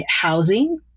housing